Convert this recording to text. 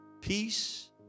peace